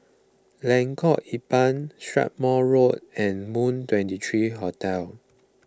Lengkok Empat Strathmore Road and Moon twenty three Hotel